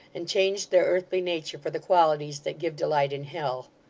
and changed their earthly nature for the qualities that give delight in hell.